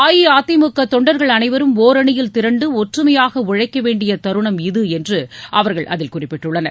அஇஅதிமுக தொண்டர்கள் அனைவரும் ஒரணியில் திரண்டு ஒற்றுமையாக உழைக்க வேண்டிய தருணம் இது என்று அவர்கள் அதில் குறிப்பிட்டுள்ளனர்